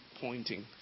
pointing